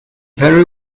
very